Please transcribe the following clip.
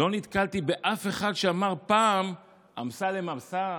לא נתקלתי באף אחד שאמר פעם: אמסלם עשה,